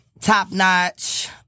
top-notch